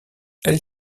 elle